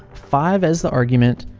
five as the argument,